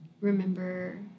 remember